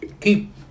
Keep